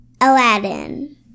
Aladdin